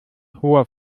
hoher